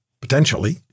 potentially